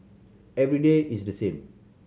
every day is the same